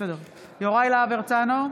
יוראי להב הרצנו,